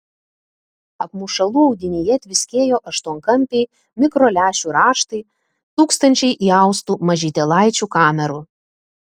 apmušalų audinyje tviskėjo aštuonkampiai mikrolęšių raštai tūkstančiai įaustų mažytėlaičių kamerų